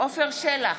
עפר שלח,